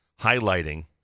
highlighting